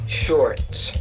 shorts